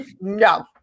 no